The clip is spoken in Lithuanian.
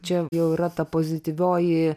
čia jau yra ta pozityvioji